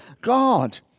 God